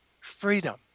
freedom